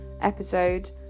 episode